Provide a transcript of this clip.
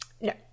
No